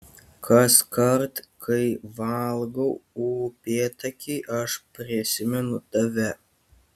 kaskart kai valgau upėtakį aš prisimenu tave